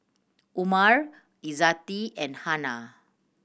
Umar Izzati and Hana